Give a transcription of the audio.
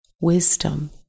wisdom